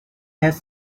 has